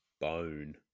bone